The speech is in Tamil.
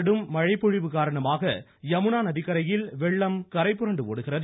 கடும் மழை பொழிவு காரணமாக யமுனா நதிக்கரையில் வெள்ளம் கரைபுரண்டு ஒடுகிறது